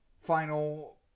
final